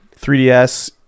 3ds